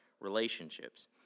relationships